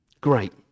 Great